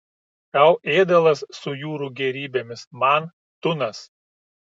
tau ėdalas su jūrų gėrybėmis man tunas